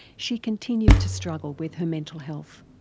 she continued to struggle with her mental health.